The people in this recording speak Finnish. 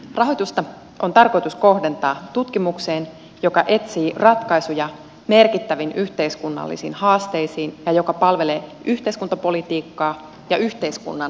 rahoitusta on tarkoitus kohdentaa tutkimukseen joka etsii ratkaisuja merkittäviin yhteiskunnallisiin haasteisiin ja joka palvelee yhteiskuntapolitiikkaa ja yhteiskunnan toimintojen kehittämistä